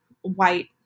white